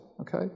okay